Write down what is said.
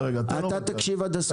אתה תקשיב עד הסוף.